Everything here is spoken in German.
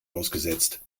ausgesetzt